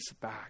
back